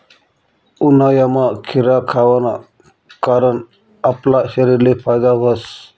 उन्हायामा खीरा खावाना कारण आपला शरीरले फायदा व्हस